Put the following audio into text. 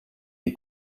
des